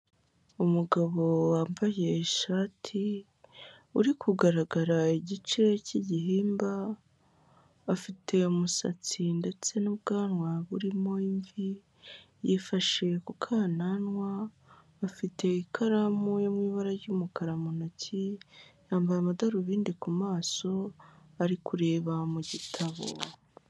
Umugabo wambaye ishati uri kugaragara igice cy'igihimba afite umusatsi ndetse n'ubwanwa burimo imvi, yifashe ku kananwa afite ikaramu yo mu ibara ry'umukara mu ntoki yambaye amadarubindi ku maso ari kureba mu gitabo.